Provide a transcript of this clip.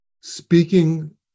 Speaking